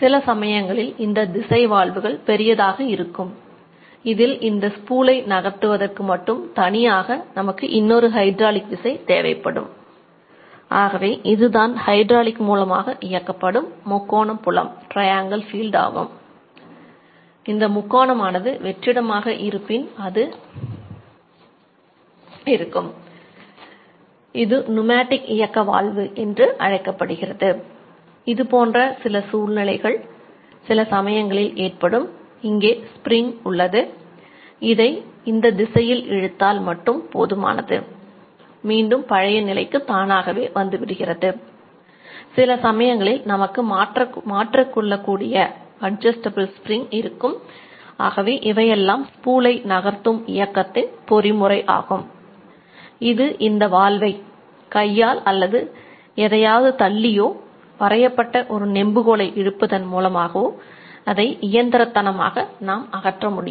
சில சமயங்களில் இந்த திசை வால்வுகள் ஆகும் இந்த முக்கோணம் ஆனது வெற்றிடமாக அகற்ற முடியும்